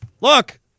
Look